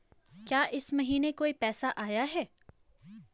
क्या इस महीने कोई पैसा आया है?